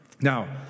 Now